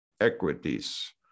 equities